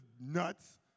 nuts